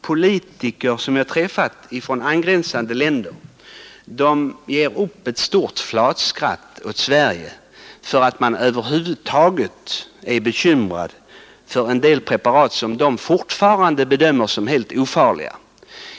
Politiker från angränsande länder som jag har träffat ger upp ett flatskratt när de hör att vi i Sverige är bekymrade för en del preparat som de fortfarande bedömer som helt ofarliga,